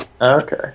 Okay